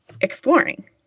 exploring